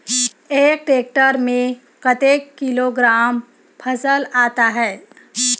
एक टेक्टर में कतेक किलोग्राम फसल आता है?